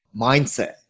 mindset